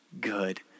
good